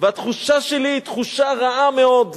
והתחושה שלי היא תחושה רעה מאוד,